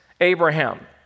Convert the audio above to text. Abraham